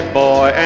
boy